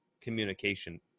communication